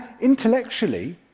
intellectually